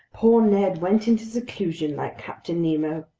poor ned went into seclusion like captain nemo.